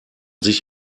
sich